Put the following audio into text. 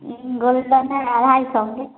गरै लेब ने अढ़ाइ सओके